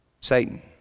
Satan